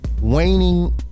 waning